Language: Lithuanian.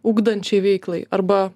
ugdančiai veiklai arba